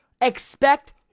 expect